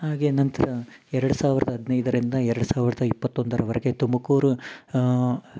ಹಾಗೆ ನಂತರ ಎರಡು ಸಾವಿರದ ಹದಿನೈದರಿಂದ ಎರಡು ಸಾವಿರದ ಇಪ್ಪತ್ತೊಂದರವರೆಗೆ ತುಮಕೂರು